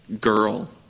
Girl